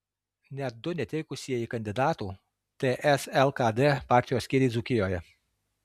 net du neteikusieji kandidatų ts lkd partijos skyriai dzūkijoje